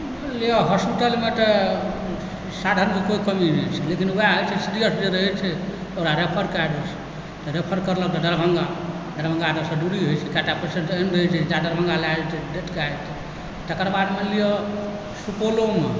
मानिलिअ हॉस्पिटलमे तऽ साधनके कोइ कमी नहि छै लेकिन वएह होइत छै सीरियस जे रहै छै तऽ ओकरा रेफर कऽ दैत छै रेफर कयलक दरभङ्गा दरभङ्गा एतयसँ दूरी होइत छै कएक टा पेशेन्ट तऽ एहन रहै छै जे जाधरि दरभङ्गा लअ जेतैक डेथ कए जेतैक तकर बाद मानि लिअ सुपौलोमे